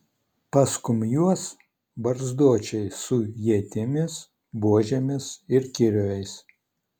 paskum juos barzdočiai su ietimis buožėmis ir kirviais